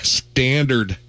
standard